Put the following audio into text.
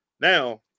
Now